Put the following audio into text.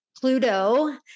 Pluto